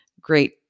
great